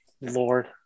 Lord